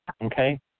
okay